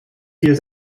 fiel